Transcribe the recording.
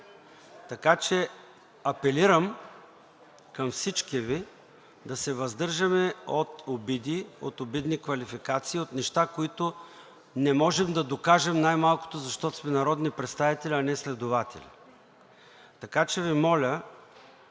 така че апелирам към всички Ви да се въздържаме от обиди, от обидни квалификации, от неща, които не може да докажем най-малкото, защото сме народни представители, а не следователи. Така че Ви моля